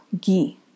ghee